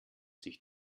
sich